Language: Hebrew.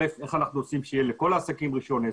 קודם כל איך אנחנו עושים שיהיה לכל העסקים רישיון עסק,